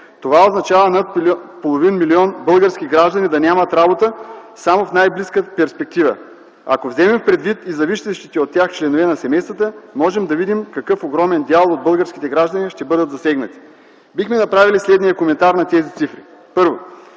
перспектива над половин милион български граждани да нямат работа. Ако вземем предвид и зависещите от тях членове на семействата, можем да видим какъв огромен дял от българските граждани ще бъдат засегнати. Бихме направили следния коментар на тези цифри: 1.